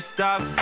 Stop